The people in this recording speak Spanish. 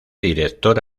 director